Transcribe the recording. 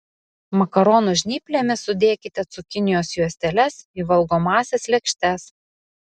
makaronų žnyplėmis sudėkite cukinijos juosteles į valgomąsias lėkštes